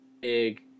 big